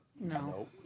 No